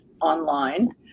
online